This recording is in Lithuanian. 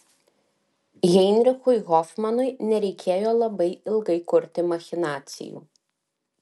heinrichui hofmanui nereikėjo labai ilgai kurti machinacijų